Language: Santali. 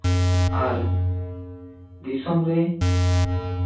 ᱟᱨ ᱫᱤᱥᱚᱢᱨᱮ